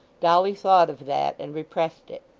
dolly thought of that, and repressed it.